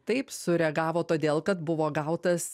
taip sureagavo todėl kad buvo gautas